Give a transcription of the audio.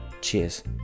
Cheers